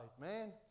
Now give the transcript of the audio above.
man